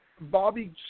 Bobby